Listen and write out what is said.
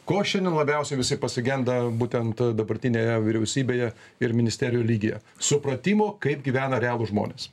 ko šiandien labiausiai visi pasigenda būtent dabartinėje vyriausybėje ir ministerijų lygyje supratimo kaip gyvena realūs žmonės